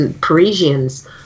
Parisians